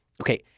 okay